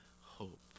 hope